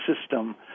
system